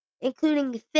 including